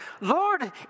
Lord